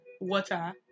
water